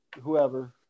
whoever